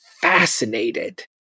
fascinated